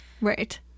right